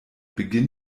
beginn